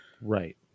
Right